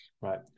Right